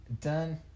done